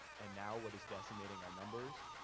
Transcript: and now what is decimating our numbers,